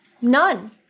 None